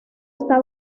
está